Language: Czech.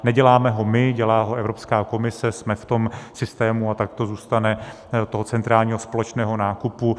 Neděláme ho my, dělá ho Evropská komise, jsme v tom systému, a tak to zůstane u toho centrálního společného nákupu.